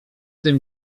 tym